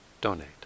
donate